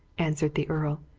answered the earl.